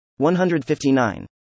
159